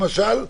למשל,